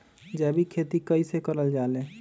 जैविक खेती कई से करल जाले?